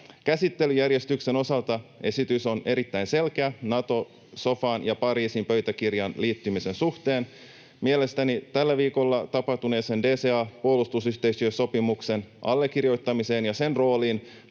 Käsittelyjärjestyksen osalta esitys on erittäin selkeä Nato-sofaan ja Pariisin pöytäkirjaan liittymisen suhteen. Mielestäni tällä viikolla tapahtuneeseen DCA-puolustusyhteistyösopimuksen allekirjoittamiseen ja sen rooliin